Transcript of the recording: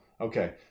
Okay